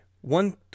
one